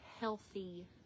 healthy